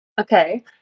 Okay